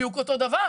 בדיוק אותו דבר.